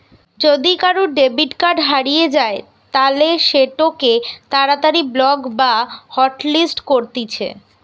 যদি কারুর debit card হারিয়ে যায় তালে সেটোকে তাড়াতাড়ি ব্লক বা হটলিস্ট করতিছে